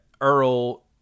Earl